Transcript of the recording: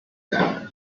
cano